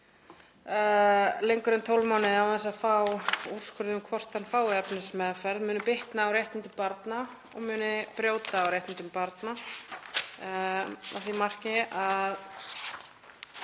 lengur en 12 mánuði án þess að fá úrskurð um hvort hann fái efnismeðferð, muni bitna á réttindum barna og muni brjóta á réttindum barna að því marki að